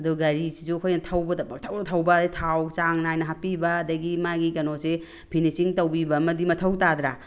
ꯑꯗꯨꯒ ꯒꯥꯔꯤꯁꯤꯁꯨ ꯑꯩꯈꯣꯏꯅ ꯊꯧꯕꯗ ꯄꯪꯊꯧꯗ ꯊꯧꯕ ꯑꯗꯒꯤ ꯊꯥꯎ ꯆꯥꯡ ꯅꯥꯏꯅ ꯍꯥꯞꯄꯤꯕ ꯑꯗꯒꯤ ꯃꯥꯒꯤ ꯀꯩꯅꯣꯁꯦ ꯐꯤꯅꯤꯁꯤꯡ ꯇꯧꯕꯤꯕ ꯑꯃꯗꯤ ꯃꯊꯧꯇꯥꯗ꯭ꯔꯥ